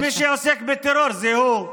אז מי שעוסק בטרור זה הוא.